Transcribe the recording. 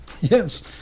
Yes